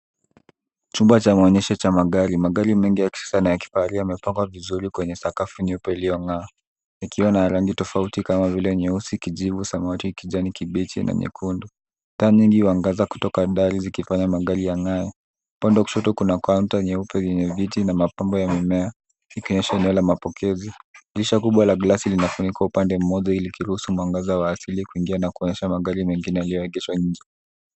Chumba cha maonyesho cha magari ,magari mengi ya kisasa na ya kifahari, yamepangwa kwenye sakafu nyeupe iliyongaa..Ikiwa na rangi tofauti kama vile nyeusi, kijivu, samawati, kijani kibichi na nyekundu .Taa nyingi huangaza kutoka dari zikifanya mandhari yangae. Upande wa kushoto kuna kaunta nyeupe lenye viti na mapambo ya mimea, ikionyesha eneo la mapokezi, dirisha kubwa la glasi linafunika upande mmoja likiruhusu mwangaza, wa asili kuingia na kuonyesha magari mengine yalioegeshwa nje.